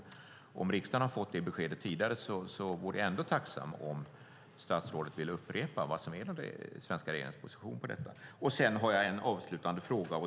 Om riksdagen har fått det beskedet tidigare vore jag ändå tacksam om statsrådet ville upprepa vad som är den svenska regeringens position om detta. Sedan har jag en avslutande fråga.